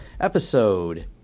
episode